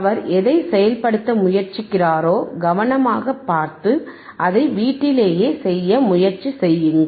அவர் எதைச் செயல்படுத்த முயற்சிக்கிறாரோ கவனமாகப் பார்த்து அதை வீட்டிலேயே செய்ய முயற்சி செய்யுங்கள்